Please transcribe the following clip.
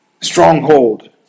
Stronghold